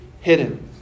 hidden